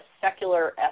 secular